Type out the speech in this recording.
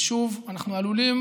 ושוב, אנחנו עלולים